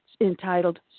entitled